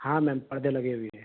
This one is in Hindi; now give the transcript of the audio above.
हाँ मैम पर्दे लगे हुए हैं